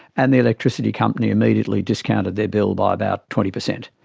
and the electricity company immediately discounted their bill by about twenty percent.